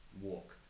walk